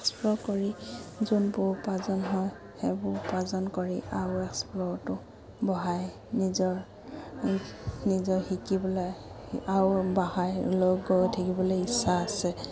explore কৰি যোনবোৰ উপাৰ্জন হয় সেইবোৰ উপাৰ্জন কৰি আও এক্সপ্ল'ৰটো বঢ়াই নিজৰ নিজৰ শিকিবলৈ আৰু বঢ়াই লৈ গৈ থাকিবলৈ ইচ্ছা আছে